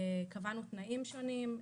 קבענו תנאים שונים,